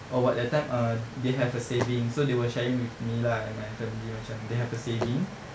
oh at that time uh they have a saving so they were sharing with me lah and my family macam they have a saving